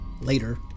Later